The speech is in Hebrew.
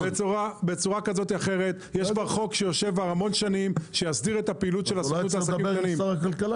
יש חוק שיסדיר את הפעילות של הסוכנות לעסקים קטנים,